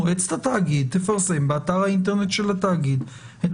מועצת התאגיד תפרסם באתר האינטרנט של התאגיד.